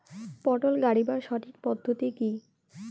পটল গারিবার সঠিক পদ্ধতি কি?